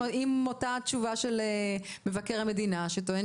עם התשובה של מבקר המדינה שטוען